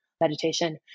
meditation